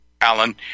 Alan